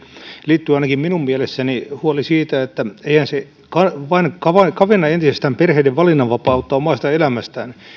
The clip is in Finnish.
liittyy ainakin minun mielessäni huoli siitä että eihän se vain kavenna entisestään perheiden valinnanvapautta omasta elämästään